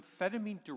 amphetamine